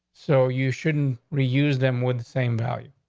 so you shouldn't reuse them with same value